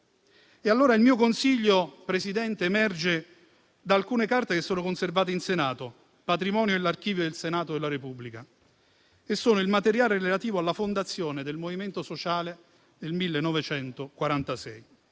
E allora il mio consiglio, Presidente, emerge da alcune carte che sono conservate in Senato, patrimonio dell'archivio del Senato della Repubblica. Mi riferisco al materiale relativo alla Fondazione del Movimento Sociale Italiano